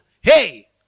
Hey